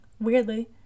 weirdly